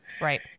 right